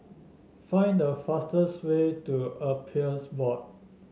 find the fastest way to Appeals Board